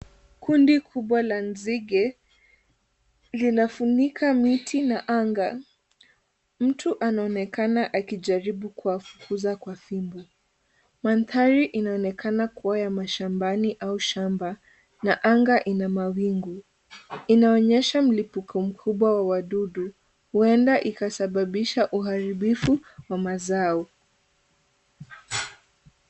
Kundi kubwa la nzige linafunika majani miti na anga ,mtu anaonekana akijaribu kuwafukuza kwa fimbo. Mandhari inaonekana kuwa mashambani au shamba. Na anga ina mawingu inaonyesha mlipuko mkubwa wa wadudu huenda ikasababisha uharibifu wa mazao.